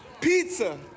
Pizza